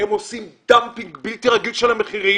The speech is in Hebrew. הם עושים דמפינג בלתי רגיל של המחירים